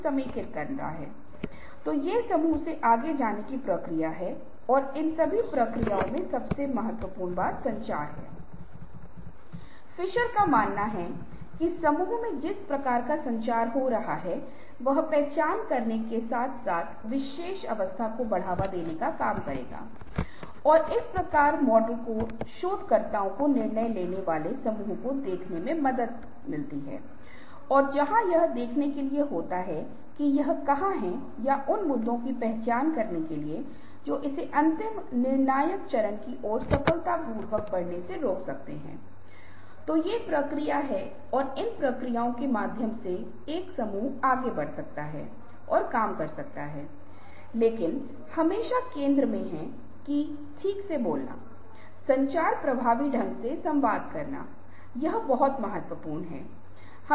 वे छात्र जो अनुभव करते हैं कि वे अपना समय नियंत्रित कर सकते हैं या विभिन्न गतिविधियों की माँग के अनुसार अपने समय को नियंत्रित कर सकते हैं उन्होंने अपने प्रदर्शन अधिक काम और जीवन की संतुष्टि कम भूमिका अस्पष्टता कम भूमिका अधिभार और शुद्ध नौकरी से संबंधित तनाव और दैहिक तनावों के बारे में अधिक से अधिक मूल्यांकन किया इसका मतलब है कि समय को प्रभावी ढंग से प्रबंधित करने से न केवल हमारा प्रदर्शन अधिक से अधिक जीवन और काम संतुष्टि होगी बल्कि कम तनाव और कम भूमिका अस्पष्टता और साहित्य पर जहां सामूहिक रूप से विश्लेषण किया गया था यह पाया गया कि समय प्रबंधन भी प्रदर्शन से संबंधित है लेकिन रिश्ता सबसे कमजोर है यह मजबूत नहीं है